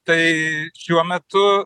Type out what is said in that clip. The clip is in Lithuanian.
tai šiuo metu